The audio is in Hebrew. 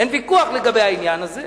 אין ויכוח לגבי העניין הזה,